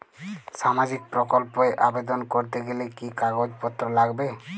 সামাজিক প্রকল্প এ আবেদন করতে গেলে কি কাগজ পত্র লাগবে?